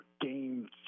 game